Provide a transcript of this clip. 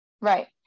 Right